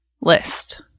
list